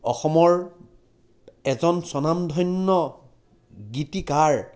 অসমৰ এজন স্বনামধন্য গীতিকাৰ